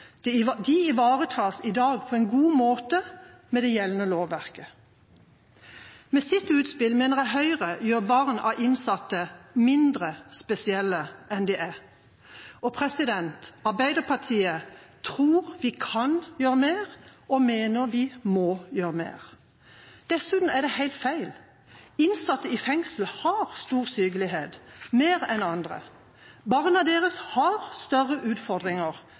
De ivaretas i dag på en god måte med det gjeldende lovverket.» Med sitt utspill mener jeg Høyre gjør barn av innsatte mindre spesielle enn de er. Arbeiderpartiet tror vi kan gjøre mer, og mener vi må gjøre mer. Dessuten er det helt feil. Innsatte i fengsel har stor sykelighet, mer enn andre. Barna deres har større utfordringer,